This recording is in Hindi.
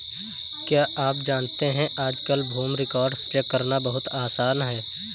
क्या आप जानते है आज कल भूमि रिकार्ड्स चेक करना बहुत आसान है?